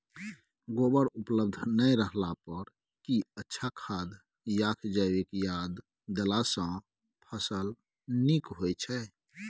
गोबर उपलब्ध नय रहला पर की अच्छा खाद याषजैविक खाद देला सॅ फस ल नीक होय छै?